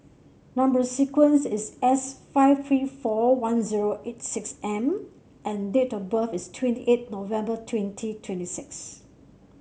number sequence is S five three four one zero eight six M and date of birth is twenty eight November twenty twenty six